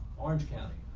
orange county,